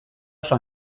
oso